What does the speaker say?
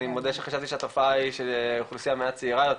אני מודה שחשבתי שהתופעה היא באוכלוסייה מעט צעירה יותר.